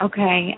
Okay